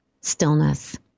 stillness